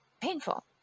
painful